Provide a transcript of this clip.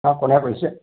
অঁ কোনে কৈছে